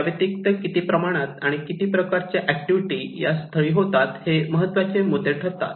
याव्यतिरिक्त किती प्रमाणात आणि किती प्रकारच्या ऍक्टिव्हिटी या स्थळी होतात हे महत्त्वाचे मुद्दे ठरतात